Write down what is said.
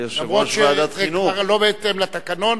אף שזה כבר לא בהתאם לתקנון.